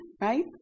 Right